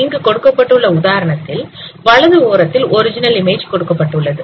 இங்கு கொடுக்கப்பட்டுள்ள உதாரணத்தில் வலது ஓரத்தில் ஒரிஜினல் இமேஜ் கொடுக்கப்பட்டுள்ளது